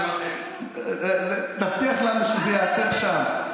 32. 32.5. תבטיח לנו שזה ייעצר שם.